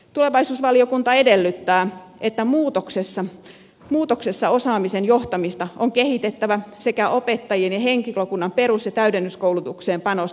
tulevaisuusvaliokunta edellyttää että muutoksessa osaamisen johtamista on kehitettävä sekä opettajien ja henkilökunnan perus ja täydennyskoulutukseen panostettava